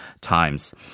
times